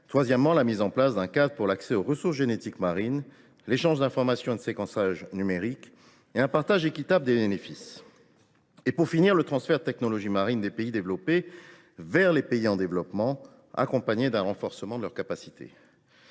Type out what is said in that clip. troisièmement, la mise en place d’un cadre pour l’accès aux ressources génétiques marines, l’échange d’informations de séquençage numérique et un partage équitable des bénéfices ; quatrièmement, le transfert de technologies marines des pays développés vers les pays en développement, accompagné d’un renforcement de leurs capacités.